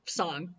song